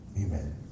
Amen